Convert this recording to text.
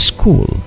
School